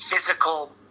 physical